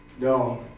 No